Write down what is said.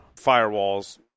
firewalls